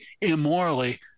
immorally